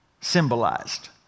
symbolized